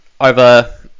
over